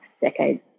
decade